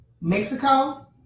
Mexico